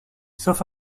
sauf